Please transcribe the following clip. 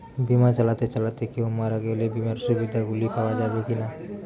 বিমা চালাতে চালাতে কেও মারা গেলে বিমার সুবিধা গুলি পাওয়া যাবে কি না?